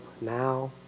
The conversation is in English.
now